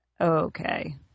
okay